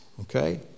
Okay